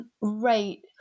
Right